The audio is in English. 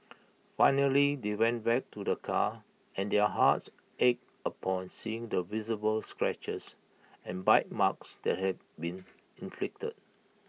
finally they went back to the car and their hearts ached upon seeing the visible scratches and bite marks that had been inflicted